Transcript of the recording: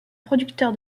producteur